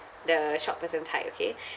the shop person's height okay